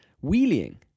wheeling